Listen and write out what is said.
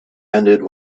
ended